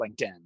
LinkedIn